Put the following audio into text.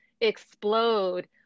explode